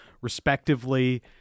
respectively